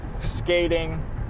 skating